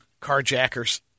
carjackers